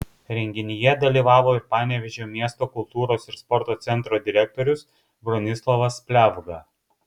renginyje dalyvavo ir panevėžio miesto kultūros ir sporto centro direktorius bronislovas pliavga